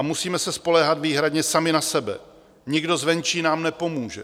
Musíme se spoléhat výhradně sami na sebe, nikdo zvenčí nám nepomůže.